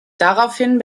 daraufhin